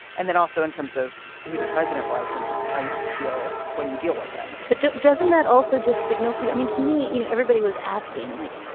and then also in terms of who the president was and how you have to deal when you deal with him but doesn't that also just signal to i mean, to me, you know, everybody was asking like,